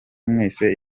mwese